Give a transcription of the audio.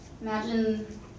Imagine